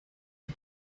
the